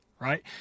Right